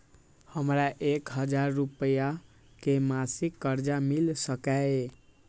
हमरा एक हजार रुपया के मासिक कर्जा मिल सकैये?